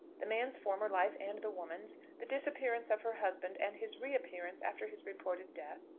the man's former life and the woman's, the disappearance of her husband and his reappearance after his reported death,